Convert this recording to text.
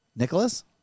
Nicholas